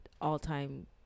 all-time